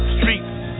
Streets